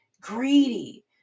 greedy